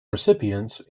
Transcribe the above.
recipients